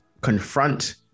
confront